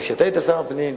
כשאתה היית שר הפנים,